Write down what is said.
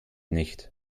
nicht